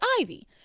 Ivy